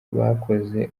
umuryango